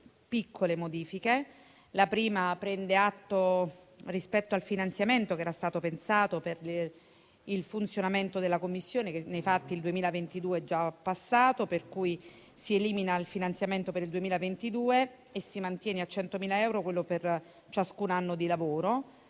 piccole modifiche, la prima delle quali, rispetto al finanziamento che era stato pensato per il funzionamento della Commissione, prende atto che l'anno 2022 è già passato, per cui si elimina il finanziamento per il 2022 e si mantiene a 100.000 euro quello per ciascun anno di lavoro.